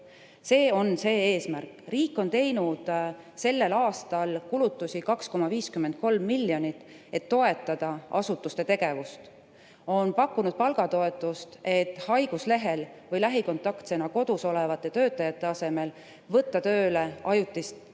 See on see eesmärk. Riik on teinud sellel aastal kulutusi 2,53 miljoni euro ulatuses, et toetada asutuste tegevust, on pakkunud palgatoetust, et haiguslehel või lähikontaktsena kodus olevate töötajate asemel võtta tööle ajutise